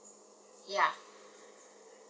ya